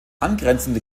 angrenzende